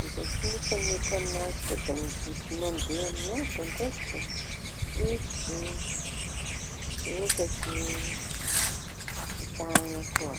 Ny raiky mifañohitra aminazy koa biby mandea miada ndraiky da sifotsy, sokaky, taña koa.